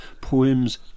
Poems